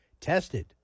Tested